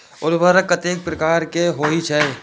उर्वरक कतेक प्रकार के होई छै?